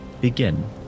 begin